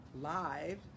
live